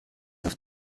auf